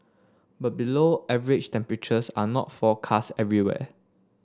but below average temperatures are not forecast everywhere